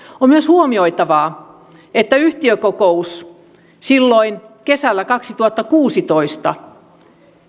on myös huomioitava että yhtiökokous silloin kesällä kaksituhattakuusitoista